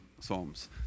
Psalms